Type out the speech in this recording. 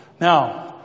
Now